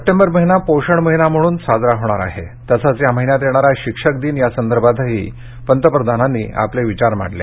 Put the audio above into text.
September महिना पोषण माहिना म्हणून साजरा होणार आहे तसंच या महिन्यात येणारा शिक्षक दिन यासंदर्भातही पंतप्रधानांनी आपले विचार मांडले